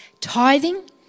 Tithing